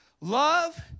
Love